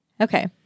Okay